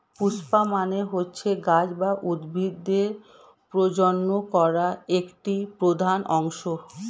পুস্প মানে হচ্ছে গাছ বা উদ্ভিদের প্রজনন করা একটি প্রধান অংশ